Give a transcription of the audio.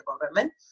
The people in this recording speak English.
government